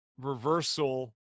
reversal